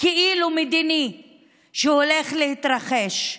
כאילו-מדיני שהולך להתרחש,